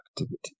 activity